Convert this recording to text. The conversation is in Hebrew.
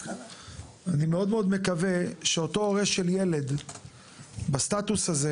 אני מאוד מקווה שאותו הורה של ילד בסטטוס הזה